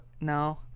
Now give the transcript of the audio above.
no